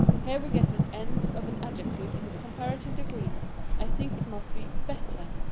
here we get an end of an adjective in the comparative degree i think it must be better.